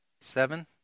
Seven